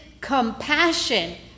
compassion